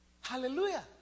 Hallelujah